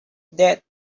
that